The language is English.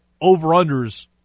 over-unders